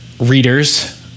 readers